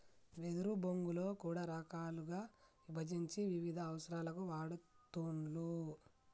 వెదురు బొంగులో కూడా రకాలుగా విభజించి వివిధ అవసరాలకు వాడుతూండ్లు